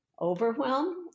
overwhelm